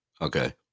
okay